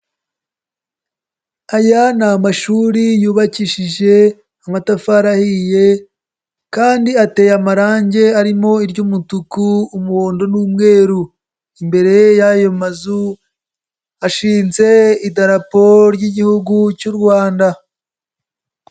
Aya ni amashuri yubakishije amatafari ahiye kandi ateye amarange arimo iry'umutuku, umuhondo n'umweru. Imbere y'ayo mazu hashinze Idarapo ry'Igihugu cy'u Rwanda.